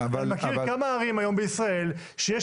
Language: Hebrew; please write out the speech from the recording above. אני מכיר כמה ערים היום בישראל שיש